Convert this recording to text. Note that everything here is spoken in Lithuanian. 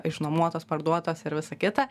išnuomotos parduotos ir visa kita